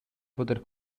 poter